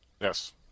Yes